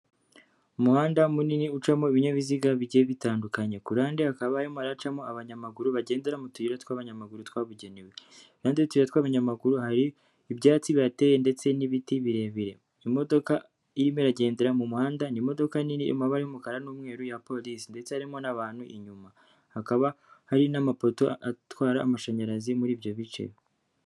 Umuhanda munini ucamo ibinyabiziga bigiye bitandukanye. Ku ruhande hakaba harimo haracamo abanyamaguru bagendera mu tuyira tw'abanyamaguru twabugenewe. Iruhande y'utuyira tw'abanyamaguru hari ibyatsi bihateye ndetse n'ibiti birebire. Imodoka irimo iragendera mu muhanda ni imodoka nini iri mu mabara y'umukara n'umweru ya polisi, ndetse harimo n'abantu inyuma. Hakaba hari n'amapoto atwara amashanyarazi muri ibyo bice.